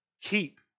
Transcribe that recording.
keep